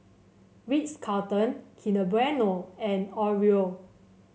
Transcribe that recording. Ritz Carlton Kinder Bueno and Oreo